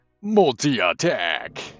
Multi-attack